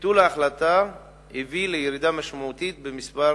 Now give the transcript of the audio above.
ביטול ההחלטה הביא לירידה משמעותית במספר